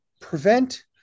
prevent